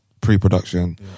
pre-production